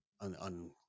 on